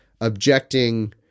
objecting